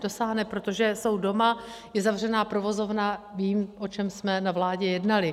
Dosáhne, protože jsou doma, je zavřená provozovna, vím, o čem jsme na vládě jednali.